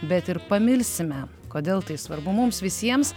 bet ir pamilsime kodėl tai svarbu mums visiems